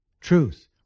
truth